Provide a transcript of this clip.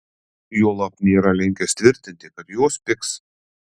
juolab nėra linkęs tvirtinti kad jos pigs